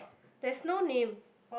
there's no name